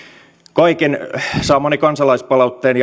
kaiken saamani kansalaispalautteen